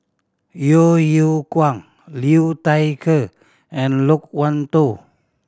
Yeo Yeow Kwang Liu Thai Ker and Loke Wan Tho